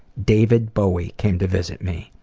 david bowie came to visit me.